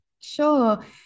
Sure